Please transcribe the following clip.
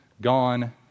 gone